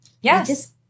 Yes